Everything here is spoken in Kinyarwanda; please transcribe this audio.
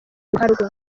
ruharwa